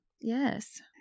yes